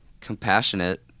compassionate